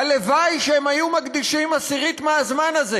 הלוואי שהם היו מקדישים עשירית מהזמן הזה